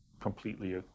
completely